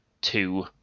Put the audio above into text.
two